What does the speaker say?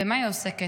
במה היא עוסקת?